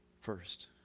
first